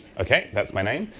okay. that's my name.